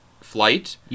flight